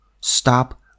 stop